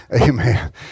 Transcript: Amen